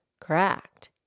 Correct